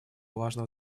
важного